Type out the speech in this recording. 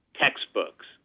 textbooks